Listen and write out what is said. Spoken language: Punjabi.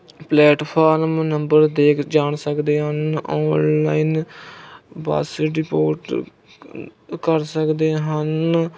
ਪਲੈਟਫਾਰਮ ਨੰਬਰ ਦੇਖ ਜਾਣ ਸਕਦੇ ਹਨ ਔਨਲਾਈਨ ਬੱਸ ਡਿਪੋਰਟ ਕਰ ਸਕਦੇ ਹਨ